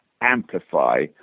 amplify